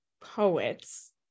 poets